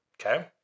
okay